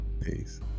Peace